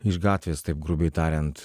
iš gatvės taip grubiai tariant